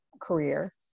career